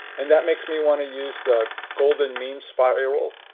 and that makes me want to use the golden means spiral